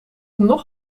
nog